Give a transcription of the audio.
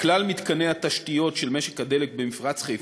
לכלל מתקני התשתיות של משק הדלק במפרץ-חיפה,